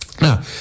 now